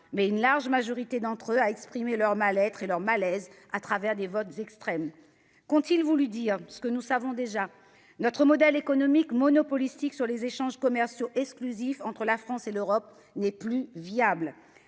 mais une large majorité d'entre eux a exprimé son mal-être et son malaise au travers de votes extrêmes. Qu'ont-ils voulu dire ? Ce que nous savons déjà : notre modèle économique monopolistique fondé sur des échanges commerciaux exclusifs entre la France et l'Europe n'est plus viable.